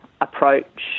approach